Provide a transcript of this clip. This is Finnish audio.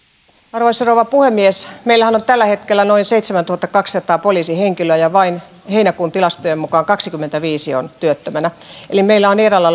arvoisa rouva puhemies meillähän on tällä hetkellä noin seitsemäntuhattakaksisataa poliisihenkilöä ja heinäkuun tilastojen mukaan vain kaksikymmentäviisi on työttömänä eli meillä on eräällä